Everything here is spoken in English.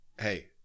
hey